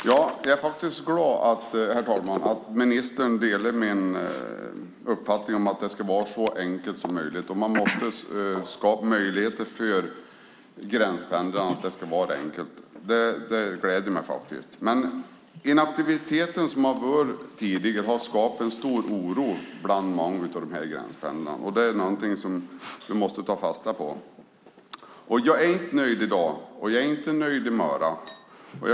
Herr talman! Jag är glad att ministern delar min uppfattning om att det ska vara så enkelt som möjligt och att man måste skapa möjligheter för gränspendlandet så att det kan vara enkelt. Det gläder mig. Den inaktivitet som varit tidigare har skapat stor oro bland många gränspendlare, och det måste vi ta fasta på. Jag är inte nöjd i dag, och jag är inte nöjd i morgon.